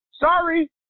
Sorry